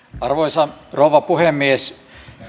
arvoisa rouva puhemies